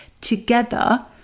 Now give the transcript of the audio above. together